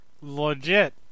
Legit